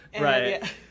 Right